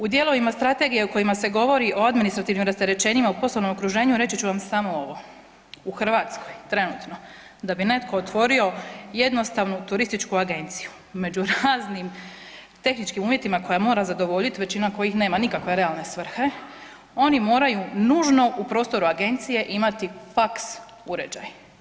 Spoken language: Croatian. U dijelovima strategije u kojima se govori o administrativnim rasterećenjima u poslovnom okruženju reći ću vam samo ovo: U Hrvatskoj trenutno da bi netko otvorio jednostavnu turističku agenciju među raznim tehničkim uvjetima koja mora zadovoljiti većina kojih nema nikakve realne svrhe oni moraju nužno u prostoru agencije imati faks uređaj.